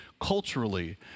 culturally